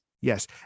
Yes